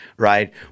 Right